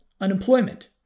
unemployment